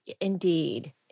Indeed